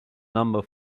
number